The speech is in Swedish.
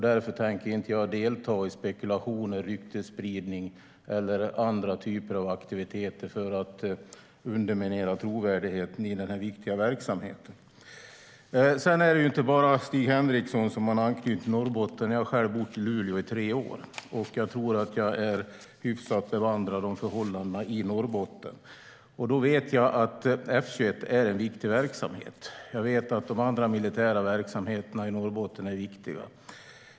Därför tänker jag inte delta i spekulationer, ryktesspridning eller andra aktiviteter för att underminera trovärdigheten i den här viktiga verksamheten. Det är inte bara Stig Henriksson som har anknytning till Norrbotten. Jag själv har bott i Luleå i tre år och är hyfsat bevandrad i fråga om förhållandena i Norrbotten. Jag vet att F 21 är en viktig verksamhet. Jag vet att de andra militära verksamheterna i Norrbotten är viktiga.